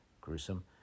gruesome